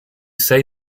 say